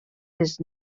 les